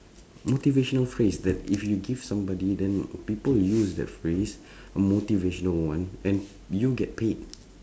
motivational phrase that if you give somebody then people will use that phrase a motivational one and you get paid